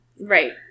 Right